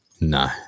No